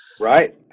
Right